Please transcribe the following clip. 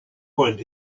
point